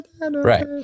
Right